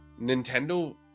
Nintendo